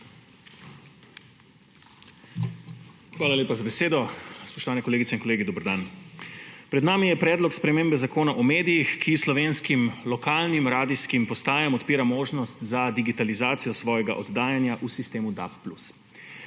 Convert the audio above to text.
Hvala lepa za besedo. Spoštovani kolegice in kolegi, dober dan! Pred nami je predlog spremembe Zakona o medijih, ki slovenskim lokalnim radijskim postajam odpira možnost za digitalizacijo svojega oddajanja v sistemu DAB+.